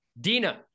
Dina